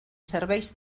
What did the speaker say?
serveis